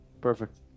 Perfect